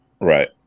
Right